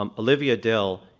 um olivia dell,